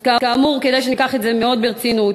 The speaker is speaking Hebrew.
כאמור כדאי שניקח את זה מאוד ברצינות.